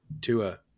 Tua